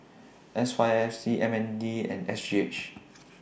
S Y F C M N D and S G H